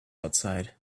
outside